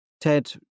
Ted